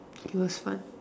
it was fun